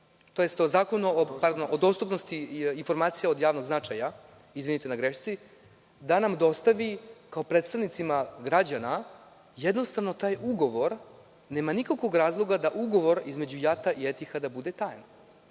tj. sa Zakonom o dostupnosti informacija od javnog značaja, izvinite na grešci, dostavi kao predstavnicima građana jednostavno taj ugovor. Nema nikakvog razloga da ugovor između JAT i Etihada bude tajna.